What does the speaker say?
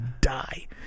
die